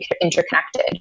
interconnected